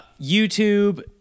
YouTube